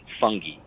Fungi